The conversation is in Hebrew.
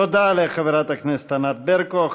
תודה לחברת הכנסת ענת ברקו.